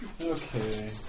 Okay